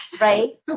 right